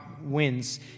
wins